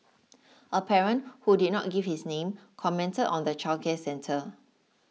a parent who did not give his name commented on the childcare centre